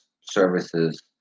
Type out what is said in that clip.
services